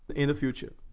in the future.